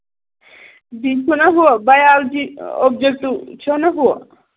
بیٚیہِ ہُہ نا ہُہ بَیولجی اوبجیکٹوٗ چھُ نہ ہُہ